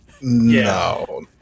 No